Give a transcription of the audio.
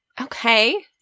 Okay